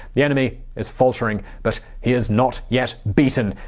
the enemy is faltering but he is not yet beaten.